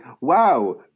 Wow